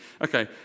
Okay